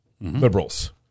liberals